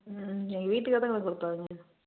ம் எங்கள் வீட்டுக்கார் தான் வந்து கொடுப்பாருங்க